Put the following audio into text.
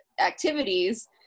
activities